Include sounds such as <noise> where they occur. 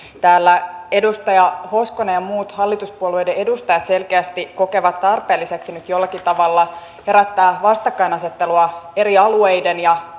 täällä edustaja hoskonen ja muut hallituspuolueiden edustajat selkeästi kokevat tarpeelliseksi nyt jollakin tavalla herättää vastakkainasettelua kaupunkiseutujen ja <unintelligible>